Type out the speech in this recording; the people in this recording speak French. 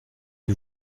que